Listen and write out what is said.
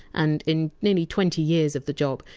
and in nearly twenty years of the job,